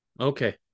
Okay